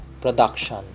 production